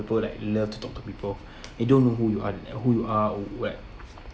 people like love to talk to people they don't know who you are who you are or what